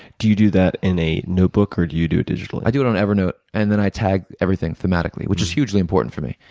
do you do that in a notebook or do you digitally? i do it on evernote and then i tag everything thematically which is hugely important for me.